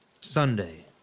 Sunday